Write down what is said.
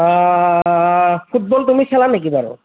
football তুমি খেলা নেকি বাৰু